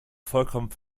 vollkommen